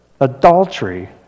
adultery